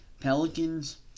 Pelicans